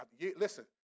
Listen